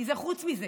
כי זה חוץ מזה.